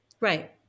Right